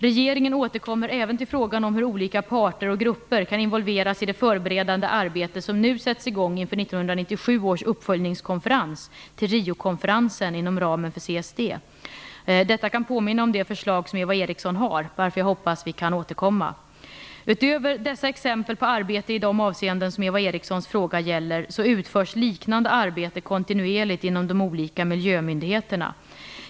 Regeringen återkommer även till frågan om hur olika parter och grupper kan involveras i det förberedande arbete som nu sätts i gång inför 1997 års uppföljningskonferens till Riokonferensen inom ramen för CSD. Detta kan påminna om det förslag som Eva Eriksson har, varför jag hoppas att vi kan återkomma. Utöver dessa exempel på arbete i de avseenden som Eva Erikssons fråga gäller utförs liknande arbete kontinuerligt inom de olika miljömyndigheterna.